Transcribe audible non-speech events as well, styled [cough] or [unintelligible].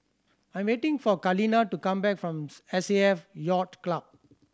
I'm waiting for Kaleena to come back from [unintelligible] S A F Yacht Club